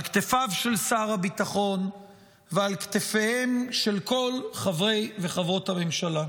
על כתפיו של שר הביטחון ועל כתפיהם של כל חברי וחברות הממשלה.